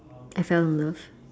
as I love